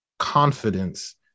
confidence